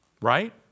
right